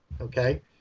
okay